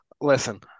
Listen